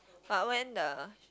but when the